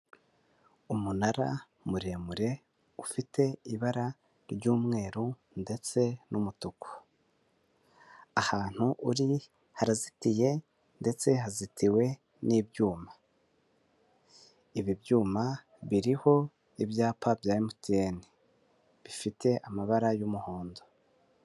Umunara muremure ufite ibara ry'umweru, ndetse n'umutuku ahantu uri harazitiye ndetse hazitiwe n'ibyuma, ibyuma biriho ibyapa bya emutiyeni bifite amabara y'umuhondo.